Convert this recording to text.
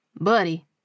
Buddy